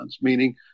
meaning